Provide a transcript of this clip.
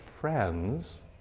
friends